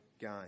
game